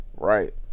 Right